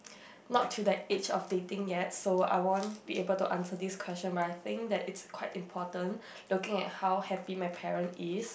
not to the age of dating yet so I won't be able to answer this question might I think that is quite important looking at how happy my parent is